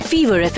Fever